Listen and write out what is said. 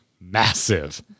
massive